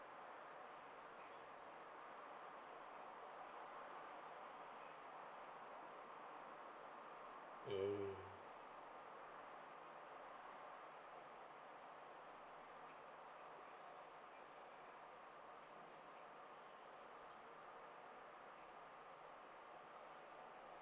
mm